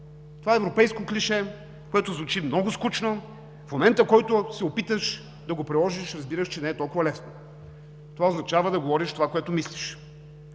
Това европейско клише, което звучи много скучно, в момента, в който се опиташ да го приложиш, разбираш, че не е толкова лесно. Това означава да говориш това, което мислиш,